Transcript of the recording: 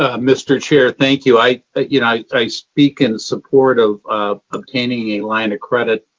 ah mr. chair, thank you. i but you know i speak in support of obtaining a line of credit.